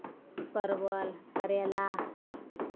परवल करैला